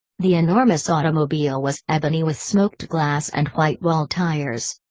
the enormous automobile was ebony with smoked glass and whitewall tires.